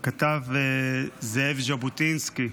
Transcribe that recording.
שכתב זאב ז'בוטינסקי,